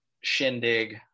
shindig